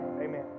Amen